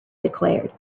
declared